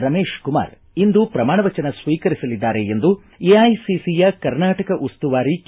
ರಮೇಶಕುಮಾರ್ ಇಂದು ಪ್ರಮಾಣ ವಚನ ಸ್ವೀಕರಿಸಲಿದ್ದಾರೆ ಎಂದು ಎಐಸಿಸಿಯ ಕರ್ನಾಟಕ ಉಸ್ತುವಾರಿ ಕೆ